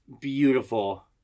beautiful